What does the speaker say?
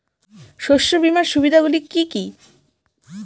শস্য বীমার সুবিধা গুলি কি কি?